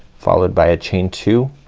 followed by a chain two